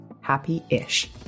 happy-ish